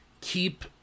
keep